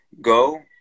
go